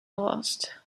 lost